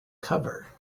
cover